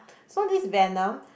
so this Venom